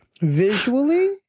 visually